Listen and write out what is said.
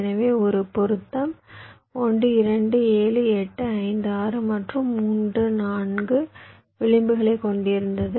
எனவே ஒரு பொருத்தம் 1 2 7 8 5 6 மற்றும் 3 4 விளிம்புகளைக் கொண்டிருந்தது